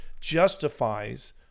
justifies